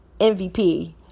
MVP